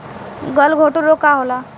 गलघोंटु रोग का होला?